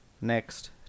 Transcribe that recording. Next